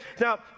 Now